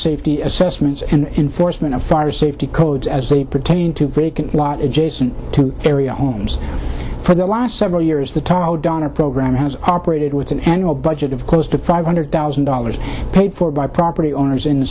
safety assessments and enforcement of fire safety codes as they pertain to break a lot adjacent to area homes for the last several years the donor program has operated with an annual budget of close to five hundred thousand dollars paid for by property owners in the